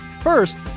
First